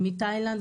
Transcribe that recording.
מתאילנד,